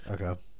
okay